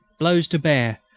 blows to bear,